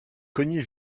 cogner